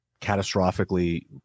catastrophically